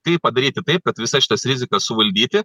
kaip padaryti taip kad visas šitas rizikas suvaldyti